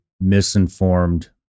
misinformed